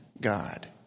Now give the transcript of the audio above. God